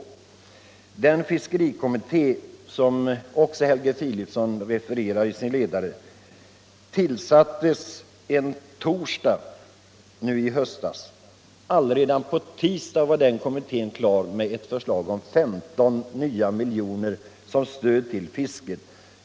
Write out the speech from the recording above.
Den fiskerikommitté som Helge Filipson också referar till i sin ledare tillsattes en torsdag i höstas, och redan tisdagen därpå var den klar med ett förslag om 15 nya miljoner som stöd till fisket.